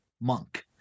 monk